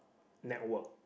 network